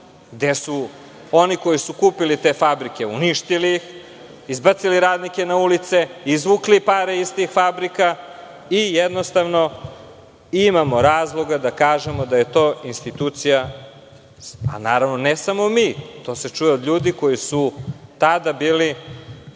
gde su oni koji su kupili te fabrike, uništili ih, izbacili radnike na ulicu, izvukli pare iz tih fabrika i jednostavno imamo razloga da kažemo da je to institucija, a naravno, ne samo mi, to se čuje od ljudi koji su tada bili